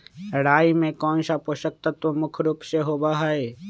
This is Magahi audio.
राई में कौन सा पौषक तत्व मुख्य रुप से होबा हई?